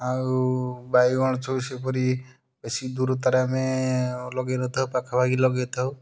ଆଉ ବାଇଗଣ ସେପରି ବେଶୀ ଦୂରତାରେ ଆମେ ଲଗେଇ ନଥାଉ ପାଖା ପାଖି ଲଗେଇ ଥାଉ